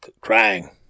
crying